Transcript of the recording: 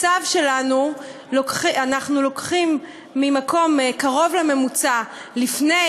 אנחנו לוקחים ממקום קרוב לממוצע לפני